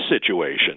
situation